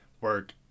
work